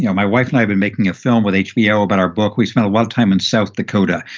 you know my wife and i have been making a film with hbo about our book. we spent a long time in south dakota,